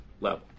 level